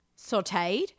sauteed